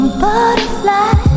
butterfly